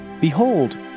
behold